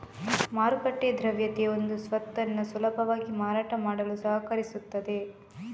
ಮಾರುಕಟ್ಟೆ ದ್ರವ್ಯತೆಯು ಒಂದು ಸ್ವತ್ತನ್ನು ಸುಲಭವಾಗಿ ಮಾರಾಟ ಮಾಡಲು ಸಹಕರಿಸುತ್ತದೆ